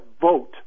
vote